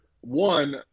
one